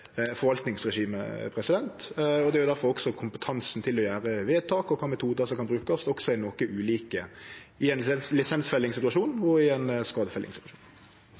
og det er difor også kompetansen til å gjere vedtak og kva metodar som kan brukast, er noko ulikt i ein lisensfellingssituasjon og i ein